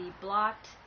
blocked